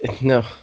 No